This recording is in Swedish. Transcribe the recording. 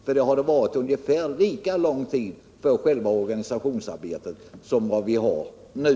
Vi hade då haft ungefär lika lång tid för själva organisationsarbetet som vi har nu.